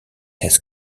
his